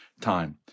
time